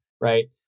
Right